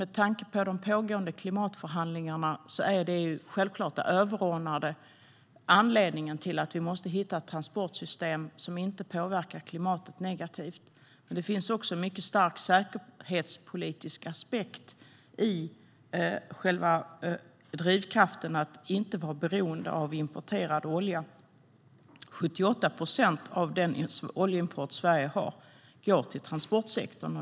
De pågående klimatförhandlingarna är självklart den överordnade anledningen till att vi måste hitta ett transportsystem som inte påverkar klimatet negativt. Det finns också en mycket stark säkerhetspolitisk aspekt i själva drivkraften att inte vara beroende av importerad olja. 78 procent av den oljeimport Sverige har går till transportsektorn.